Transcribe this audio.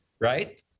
right